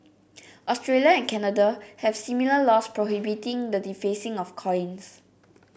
Australia and Canada have similar laws prohibiting the defacing of coins